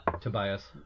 Tobias